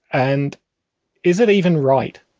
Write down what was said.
and is it even right?